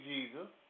Jesus